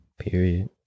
period